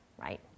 right